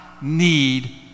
need